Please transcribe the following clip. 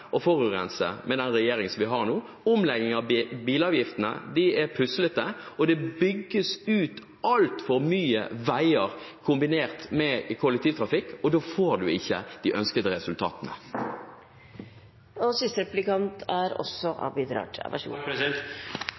å forurense med den regjeringen vi har nå. Omleggingen av bilavgiftene er puslete, og det bygges ut altfor mye veier kombinert med kollektivtrafikk. Da får man ikke de ønskede resultatene. Jeg synes man, kanskje særlig ved juletider og